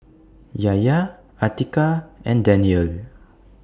Yahya Atiqah and Daniel